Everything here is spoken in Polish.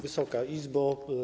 Wysoka Izbo!